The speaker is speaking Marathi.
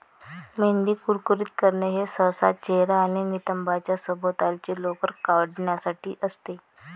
मेंढी कुरकुरीत करणे हे सहसा चेहरा आणि नितंबांच्या सभोवतालची लोकर काढण्यासाठी असते